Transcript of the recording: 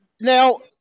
Now